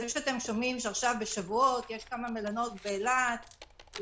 זה שאתם שומעים שעכשיו בשבועות יש כמה מלונות באילת שנפתחים,